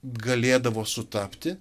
galėdavo sutapti